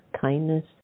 kindness